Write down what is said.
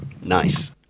nice